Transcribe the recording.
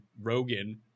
Rogan